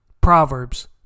Proverbs